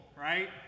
right